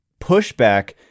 pushback